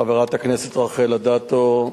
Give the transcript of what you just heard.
חברת הכנסת רחל אדטו,